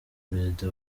perezida